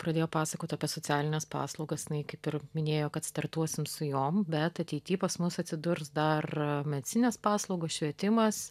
pradėjo pasakot apie socialines paslaugas jinai kaip ir minėjo kad startuosim su jom bet ateity pas mus atsidurs dar medicininės paslaugos švietimas